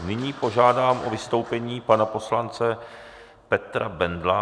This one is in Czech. Nyní požádám o vystoupení pana poslance Petra Bendla.